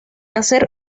hacer